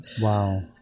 Wow